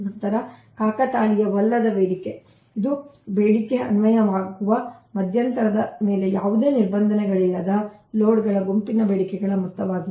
ನಂತರ ಕಾಕತಾಳೀಯವಲ್ಲದ ಬೇಡಿಕೆ ಇದು ಬೇಡಿಕೆ ಅನ್ವಯವಾಗುವ ಮಧ್ಯಂತರದ ಮೇಲೆ ಯಾವುದೇ ನಿರ್ಬಂಧಗಳಿಲ್ಲದ ಲೋಡ್ಗಳ ಗುಂಪಿನ ಬೇಡಿಕೆಗಳ ಮೊತ್ತವಾಗಿದೆ